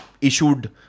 issued